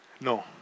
No